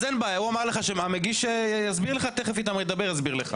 תכף המציע איתר בן גביר יסביר לך.